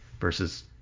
versus